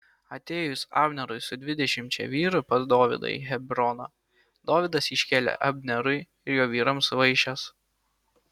atėjus abnerui su dvidešimčia vyrų pas dovydą į hebroną dovydas iškėlė abnerui ir jo vyrams vaišes